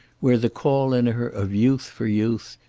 where the call in her of youth for youth,